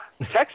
Text